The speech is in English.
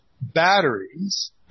batteries